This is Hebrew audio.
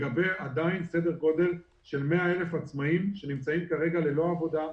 לגבי סדר גודל של 100,000 עצמאיים שנמצאים כרגע ללא עבודה,